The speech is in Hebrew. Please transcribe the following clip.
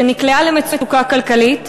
שנקלעה למצוקה כלכלית,